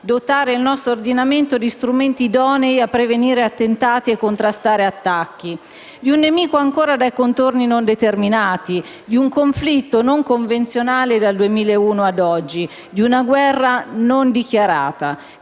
dotare il nostro ordinamento di strumenti idonei a prevenire attentati e a contrastare attacchi di un nemico ancora dai contorni non determinati, di un conflitto non convenzionale dal 2001 ad oggi, di una guerra non dichiarata,